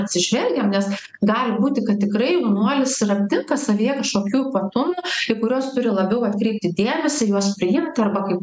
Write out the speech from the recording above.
atsižvelgiam nes gali būti kad tikrai jaunuolis ir aptinka savyje kažkokių ypatumų į kuriuos turi labiau atkreipti dėmesį juos priimt arba kaip